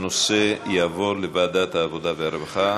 הנושא יעבור לוועדת העבודה והרווחה.